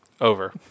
Over